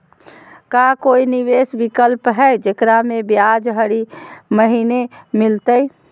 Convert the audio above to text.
का कोई निवेस विकल्प हई, जेकरा में ब्याज हरी महीने मिलतई?